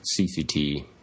CCT